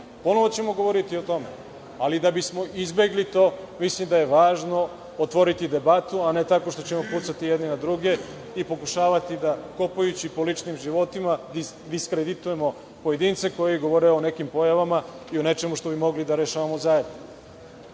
Ponovo ćemo govoriti o tome, ali da bismo izbegli to mislim da je važno otvoriti debati, a ne tako što ćemo pucati jedni na druge i pokušavati da, kopajući po ličnim životima, diskreditujemo pojedince koji govore o nekim pojavama i o nečemu što bi mogli da rešavamo zajedno.